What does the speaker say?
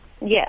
Yes